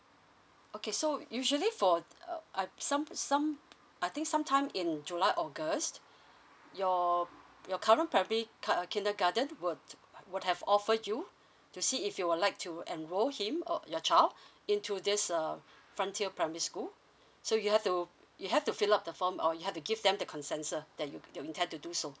okay so usually for uh uh some some I think sometime in july august your your current primary cut uh kindergarten would would have offered you to see if you would like to enrol him or your child into this uh frontier primary school so you have to you have to fill up the form or you have to give them the consensus that you you intend to do so